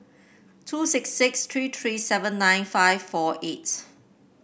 two six six three three seven nine five four eight